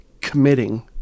committing